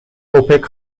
اوپک